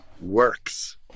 works